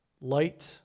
light